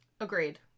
Agreed